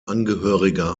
angehöriger